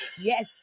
yes